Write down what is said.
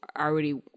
already